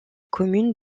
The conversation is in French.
commune